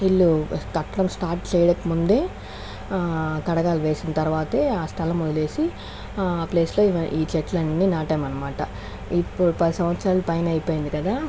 ఇల్లు కట్టడం స్టార్ట్ చేయకముందే కడగాలి వేసిన తర్వాతే ఆ స్థలం వదిలేసి ఆ ప్లేస్ లో ఈ చెట్లన్నీ నాటామనమాట ఇప్పుడు పది సంవత్సరాల పైన అయిపోయింది కదా